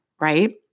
right